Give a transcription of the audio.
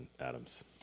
Adams